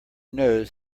knows